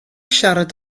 siarad